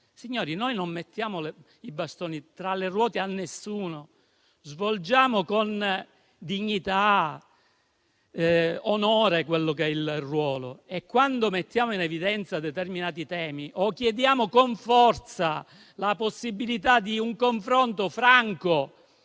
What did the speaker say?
Signori, noi non mettiamo i bastoni tra le ruote a nessuno, ma svolgiamo con dignità e onore il nostro ruolo, quando mettiamo in evidenza determinati temi o chiediamo con forza la possibilità di un confronto franco